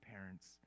parents